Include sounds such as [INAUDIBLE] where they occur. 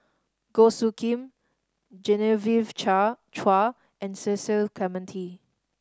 Goh Soo Khim Genevieve [UNINTELLIGIBLE] Chua and Cecil Clementi